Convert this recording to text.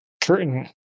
curtain